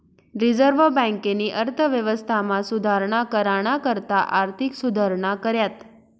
reserve बँकेनी अर्थव्यवस्थामा सुधारणा कराना करता आर्थिक सुधारणा कऱ्यात